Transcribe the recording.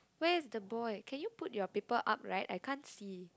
where's the boy can you put your paper up right I can't see